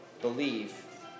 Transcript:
believe